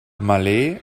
malé